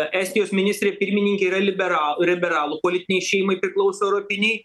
estijos ministrė pirmininkė yra liberalų liberalų politinei šeimai priklauso europinei